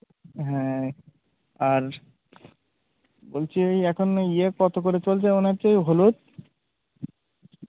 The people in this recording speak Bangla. হ্যাঁ আর বলছি এখন ইয়ে কতো করে চলছে মনে হচ্ছে হলুদ